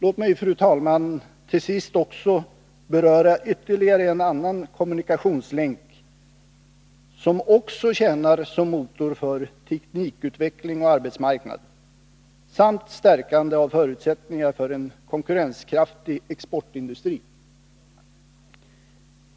Låt mig, fru talman, till sist beröra ytterligare en kommunikationslänk, som också tjänar som motor för teknikutveckling och arbetsmarknad samt stärkande av förutsättningar för en konkurrenskraftig exportindustri.